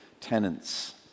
tenants